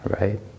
right